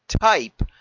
type